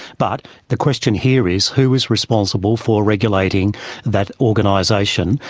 but the question here is, who is responsible for regulating that organisation,